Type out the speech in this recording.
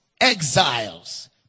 exiles